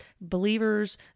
believers